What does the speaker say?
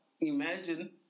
Imagine